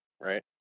right